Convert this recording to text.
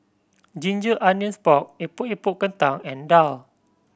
ginger onions pork Epok Epok Kentang and daal